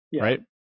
right